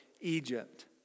Egypt